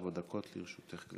בבקשה, ארבע דקות לרשותך, גברתי.